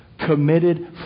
committed